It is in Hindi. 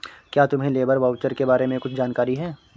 क्या तुम्हें लेबर वाउचर के बारे में कुछ जानकारी है?